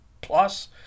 plus